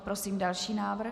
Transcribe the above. Prosím další návrh.